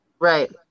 Right